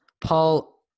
Paul